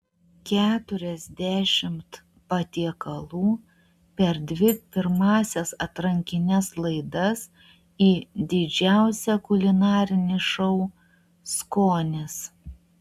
keturiasdešimt patiekalų per dvi pirmąsias atrankines laidas į didžiausią kulinarinį šou skonis